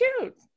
cute